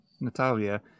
Natalia